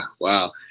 Wow